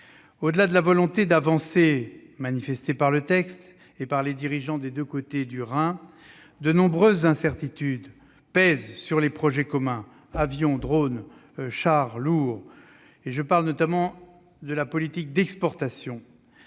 Au-delà de la volonté d'avancer manifestée par le texte et les dirigeants des deux côtés du Rhin, de nombreuses incertitudes pèsent sur les projets communs, qu'ils concernent les avions, les drones ou les chars lourds. Je parle évidemment de la politique d'exportation.